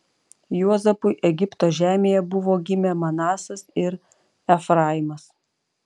juozapui egipto žemėje buvo gimę manasas ir efraimas